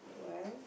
well